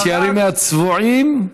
תתייראי מהצבועים.